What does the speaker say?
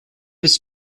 his